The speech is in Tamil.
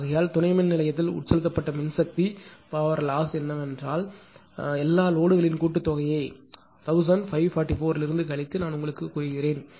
ஆகையால் துணை மின்நிலையத்தில் உட்செலுத்தப்பட்ட மின்சக்தி Plossஎன்னவென்றால் எல்லா லோடுகளின் கூட்டுத்தொகையை 1544 லிருந்து கழித்து நான் உங்களுக்குச் சொன்னேன்